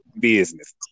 business